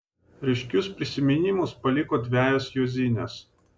ryškius prisiminimus paliko dvejos juozinės